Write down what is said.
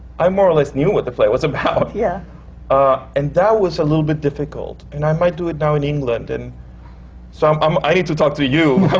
i more or less knew what the play was about, yeah ah and that was a little bit difficult. and i might do it now in england, and so um i need to talk to you, you